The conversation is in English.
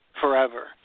forever